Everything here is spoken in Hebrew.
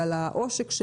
ולהגביר את הקנסות,